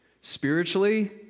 Spiritually